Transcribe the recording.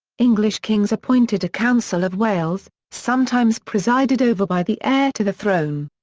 english kings appointed a council of wales, sometimes presided over by the heir to the throne.